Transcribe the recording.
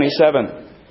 27